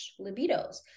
libidos